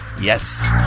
Yes